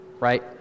Right